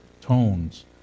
tones